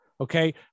Okay